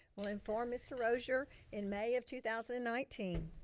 will inform mr. rosier in may of two thousand and nineteen,